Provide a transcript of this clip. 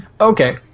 okay